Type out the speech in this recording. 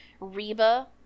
Reba